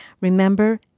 remember